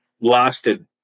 lasted